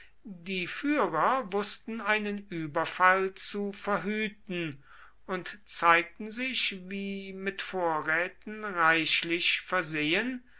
die führer wußten einen überfall zu verhüten und zeigten sich wie mit vorräten reichlich versehen